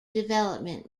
development